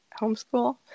homeschool